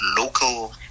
local